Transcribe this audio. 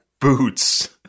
boots